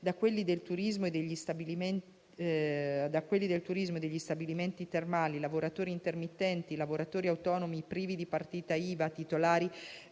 da quelli del turismo e degli stabilimenti termali, lavoratori intermittenti, lavoratori autonomi privi di partita IVA titolari